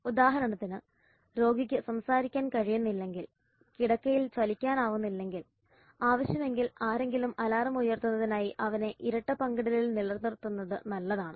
ഉദാഹരണത്തിന് രോഗിക്ക് സംസാരിക്കാൻ കഴിയുന്നില്ലെങ്കിൽ കിടക്കയിൽ ചലിക്കാനാകുന്നില്ലെങ്കിൽ ആവശ്യമെങ്കിൽ ആരെങ്കിലും അലാറം ഉയർത്തുന്നതിനായി അവനെ ഇരട്ട പങ്കിടലിൽ നിലനിർത്തുന്നത് നല്ലതാണ്